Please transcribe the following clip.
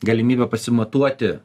galimybę pasimatuoti